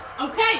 okay